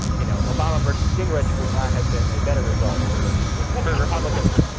you know obama versus gingrich would not have been a better result for republicans,